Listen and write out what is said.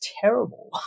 terrible